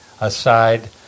aside